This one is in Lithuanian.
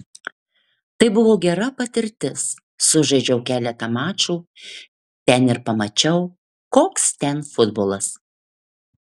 tai buvo gera patirtis sužaidžiau keletą mačų ten ir pamačiau koks ten futbolas